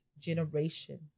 generation